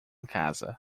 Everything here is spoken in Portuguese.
casa